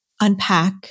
unpack